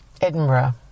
Edinburgh